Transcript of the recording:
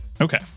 Okay